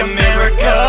America